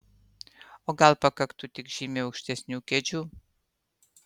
o gal pakaktų tik žymiai aukštesnių kėdžių